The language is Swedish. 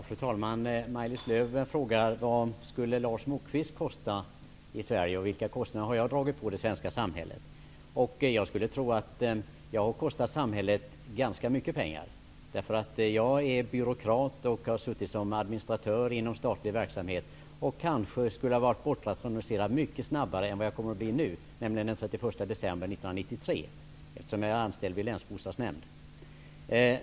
Fru talman! Maj-Lis Lööw frågade vad Lars Moquist skulle kosta i Sverige och vilka kostnader jag har medfört för det svenska samhället. Jag skulle tro att jag har kostat samhället ganska mycket pengar. Jag är byråkrat och har suttit som administratör inom statlig verksamhet. Jag skulle kanske ha varit bortrationaliserad mycket snabbare än vad jag kommer att bli nu, nämligen den 31 december 1993, eftersom jag är anställd vid en länsbostadsnämnd.